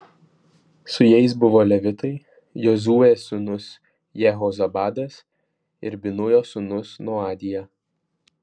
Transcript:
su jais buvo levitai jozuės sūnus jehozabadas ir binujo sūnus noadija